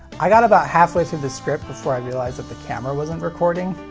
i got about half-way through the script before i realized that the camera wasn't recording.